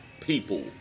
people